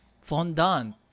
fondant